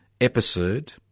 episode